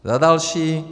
Za další.